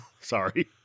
Sorry